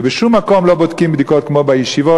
ובשום מקום לא בודקים בדיקות כמו בישיבות.